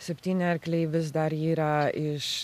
septyni arkliai vis dar yra iš